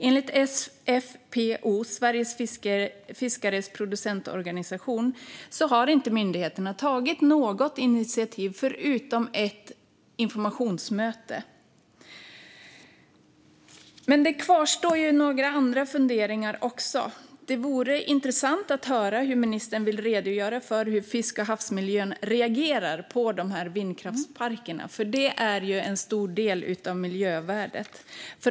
Enligt SFPO, Sveriges Fiskares Producentorganisation, har myndigheterna inte tagit något initiativ förutom ett informationsmöte. Det kvarstår några andra funderingar också. Det vore intressant att höra ministern redogöra för hur fiske och havsmiljön reagerar på dessa vindkraftsparker. Det är nämligen en stor del av miljövärdet.